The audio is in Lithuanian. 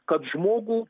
kad žmogų